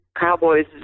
Cowboys